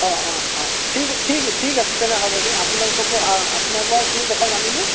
অঁ অঁ অঁ ঠিক ঠিক ঠিক তেনে হ'ব দেই আপোনালোক আপোনাৰ পৰা এইখিনি কথা জানিলোঁ